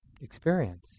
experience